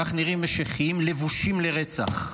כך נראים משיחיים לבושים לרצח,